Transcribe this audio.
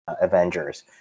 Avengers